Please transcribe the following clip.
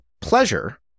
pleasure